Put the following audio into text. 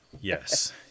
yes